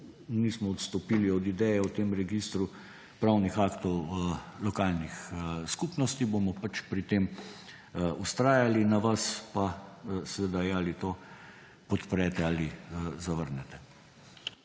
nismo odstopili od ideje o registru pravnih aktov lokalnih skupnosti, bomo pač pri tem vztrajali. Na vas pa je seveda, ali to podprete ali zavrnete.